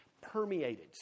permeated